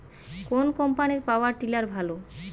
কোন কম্পানির power tiller ভালো?